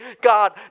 God